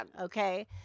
Okay